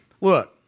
look